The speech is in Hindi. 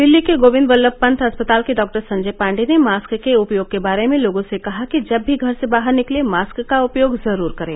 दिल्ली के गोविंद वल्लभ पत अस्पताल के डॉ संजय पांडेय ने मास्क के उपयोग के बारे में लोगों से कहा कि जब भी घर से बाहर निकलें मास्क का उपयोग जरूर करें